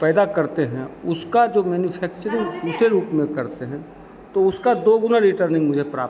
पैदा करते हैं उसका जो मैन्यफैक्चरिंग दूसरे रूप में करते हैं तो उसका दो गुण रिटरनिंग मुझे प्राप्त होता है